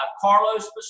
Carlos